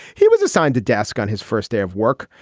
he was assigned to desk on his first day of work.